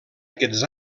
aquests